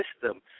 system